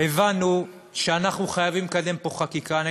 הבנו שאנחנו חייבים לקדם פה חקיקה,